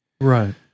Right